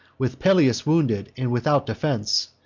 with pelias wounded, and without defense.